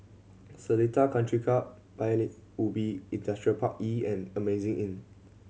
Seletar Country Club Paya Ubi Industrial Park E and Amazing Inn